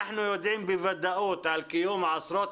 אנחנו יודעים בוודאות על קיום של עשרות